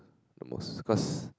the most cause